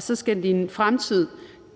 Så skal din fremtid,